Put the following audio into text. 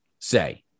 say